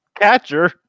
catcher